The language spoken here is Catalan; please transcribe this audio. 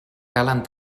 calen